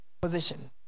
position